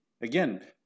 again